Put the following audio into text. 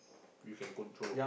you can control